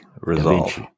Resolve